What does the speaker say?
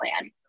plan